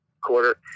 quarter